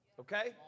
okay